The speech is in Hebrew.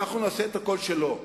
אנחנו נעשה את הכול כדי שלא,